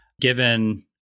given